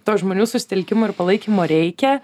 to žmonių susitelkimo ir palaikymo reikia